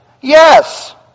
yes